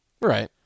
Right